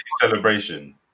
celebration